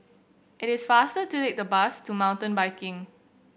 it is faster to take the bus to Mountain Biking